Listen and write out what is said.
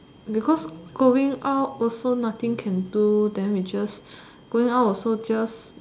because going out also nothing can do then we just going out also just